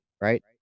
right